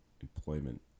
employment